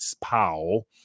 Powell